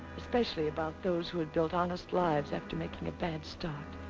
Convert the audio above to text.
especially about those who had built honest lives after making a bad start.